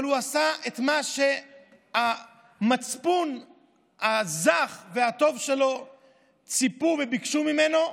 אבל הוא עשה את מה שהמצפון הזך והטוב שלו ציפה וביקש ממנו,